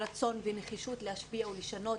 רצון ונחישות להשפיע ולשנות